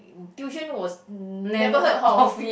tuition was never heard of